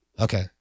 Okay